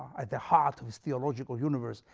at the heart of his theological universe,